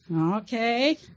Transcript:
Okay